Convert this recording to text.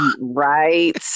Right